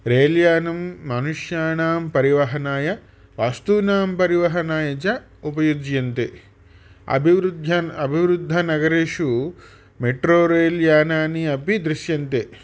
रेल्यानं मनुष्याणां परिवहनाय वास्तूनां परिवहनाय च उपयुज्यन्ते अभिवृद्धन् अभिवृद्धनगरेषु मेट्रो रेल्यानानि अपि दृश्यन्ते